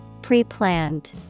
Pre-planned